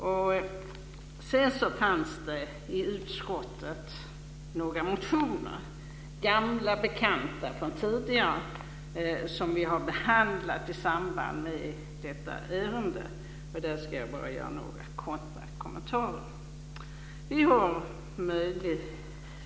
Det fanns i utskottet några motioner sedan tidigare, gamla bekanta, som vi har behandlat i samband med detta ärende. Jag ska bara göra några korta kommentarer kring dem.